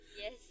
Yes